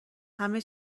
همه